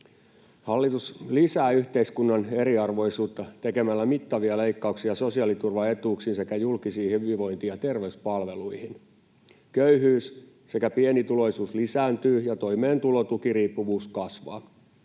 Hallitus lisää yhteiskunnan eriarvoisuutta tekemällä mittavia leikkauksia sosiaaliturvaetuuksiin sekä julkisiin hyvinvointi- ja terveyspalveluihin. Köyhyys sekä pienituloisuus lisääntyy ja toimeentulotukiriippuvuus kasvaa.